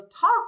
talk